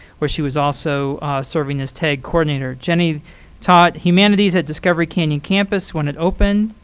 where she is also serving as tag coordinator. jenny taught humanities at discovery canyon campus when it opened,